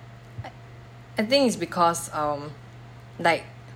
ah~ I think is because um like